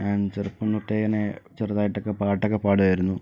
ഞാൻ ചെറുപ്പം തൊട്ട് തന്നെ ചെറുതായിട്ടൊക്കെ പാട്ടൊക്കെ പാടുവായിരുന്നു